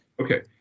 Okay